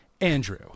Andrew